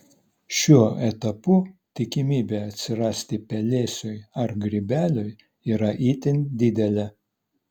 šiuo etapu tikimybė atsirasti pelėsiui ar grybeliui yra itin didelė